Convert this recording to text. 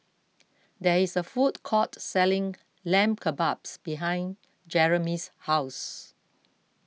there is a food court selling Lamb Kebabs behind Jeremy's house